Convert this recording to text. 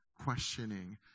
questioning